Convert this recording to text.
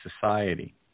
society